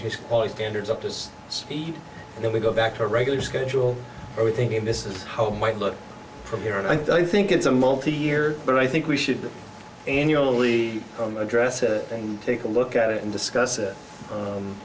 education standards up to speed and then we go back to regular schedule are we thinking this is how might look from here and i think it's a multi year but i think we should annually address it and take a look at it and discuss it